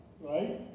right